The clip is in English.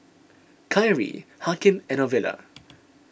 Kyree Hakim and Ovila